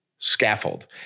scaffold